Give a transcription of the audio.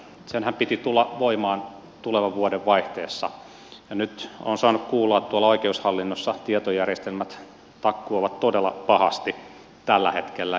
senhän piti tulla voimaan tulevan vuoden vaihteessa ja nyt olen saanut kuulla että tuolla oikeushallinnossa tietojärjestelmät takkuavat todella pahasti tällä hetkellä